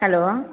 hello